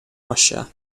russia